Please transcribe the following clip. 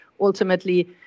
ultimately